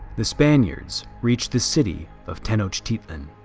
the spaniards reached the city of tenochtitlan.